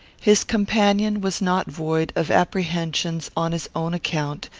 his companion was not void of apprehensions on his own account,